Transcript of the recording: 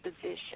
position